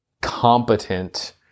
competent